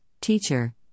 Teacher